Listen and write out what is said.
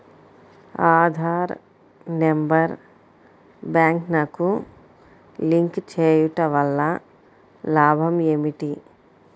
Aadhaar number బ్యాంక్నకు link చేయుటవల్ల లాభం ఏమిటి?